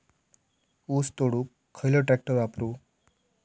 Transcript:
ऊस तोडुक खयलो ट्रॅक्टर वापरू?